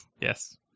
Yes